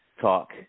talk